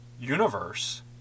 universe